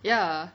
ya